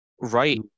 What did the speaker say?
Right